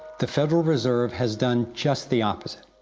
the federal reserve has done just the opposite.